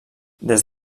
des